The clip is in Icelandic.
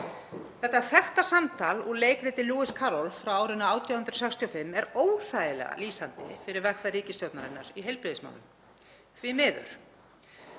Þetta þekkta samtal úr sögu Lewis Carrolls frá árinu 1865 er óþægilega lýsandi fyrir vegferð ríkisstjórnarinnar í heilbrigðismálum, því miður.